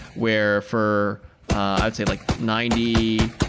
where for i'd say like ninety